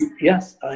Yes